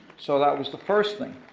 so that was the first thing.